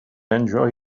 enjoy